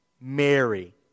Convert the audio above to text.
Mary